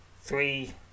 Three